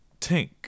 Tink